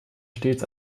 stets